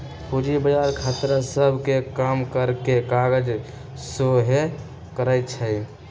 पूजी बजार खतरा सभ के कम करेकेँ काज सेहो करइ छइ